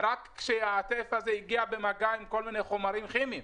רק כשהטף הזה הגיע במגע עם כל מיני חומרים כימיים.